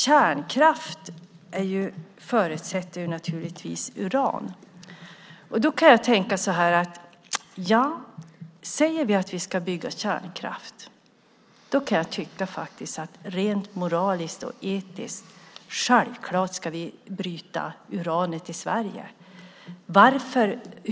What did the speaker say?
Kärnkraft förutsätter naturligtvis uran. Om vi säger att vi ska bygga ut kärnkraften kan jag faktiskt rent moraliskt och etiskt tänka att vi självklart ska bryta uranet i Sverige.